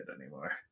anymore